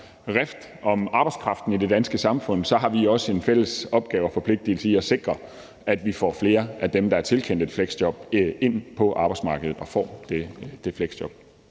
rift om arbejdskraft i det danske samfund, har vi også en fælles opgave og forpligtigelse i at sikre, at vi får flere af dem, der er tilkendt et fleksjob, ind på arbejdsmarkedet, så de får det fleksjob.